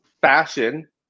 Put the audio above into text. fashion